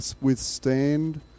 withstand